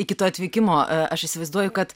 iki to atvykimo aš įsivaizduoju kad